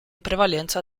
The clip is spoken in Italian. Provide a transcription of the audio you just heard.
prevalenza